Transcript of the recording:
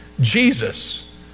Jesus